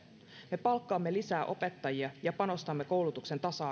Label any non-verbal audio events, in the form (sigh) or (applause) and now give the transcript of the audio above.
me palkkaamme lisää opettajia ja panostamme koulutuksen tasa (unintelligible)